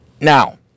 Now